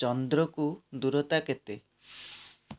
ଚନ୍ଦ୍ରକୁ ଦୂରତା କେତେ